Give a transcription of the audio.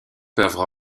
peuvent